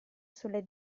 sulle